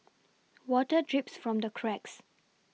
water drips from the cracks